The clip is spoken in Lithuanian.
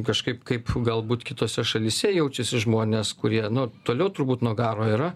kažkaip kaip galbūt kitose šalyse jaučiasi žmonės kurie nu toliau turbūt nuo karo yra